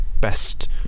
best